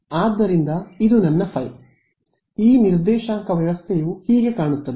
ಆದ್ದರಿಂದ ಇದು ನನ್ನ ಫೈ ಈ ನಿರ್ದೇಶಾಂಕ ವ್ಯವಸ್ಥೆಯು ಹೀಗೆ ಕಾಣುತ್ತದೆ